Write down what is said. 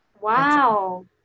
Wow